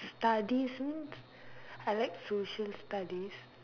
studies means I like social studies